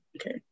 Okay